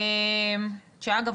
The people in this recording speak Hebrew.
שאגב,